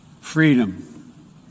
Freedom